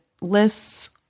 lists